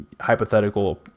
hypothetical